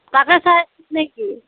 তাকে চাই আছ নেকি